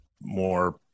more